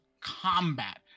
combat